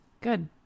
Good